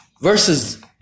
versus